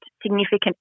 significant